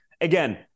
again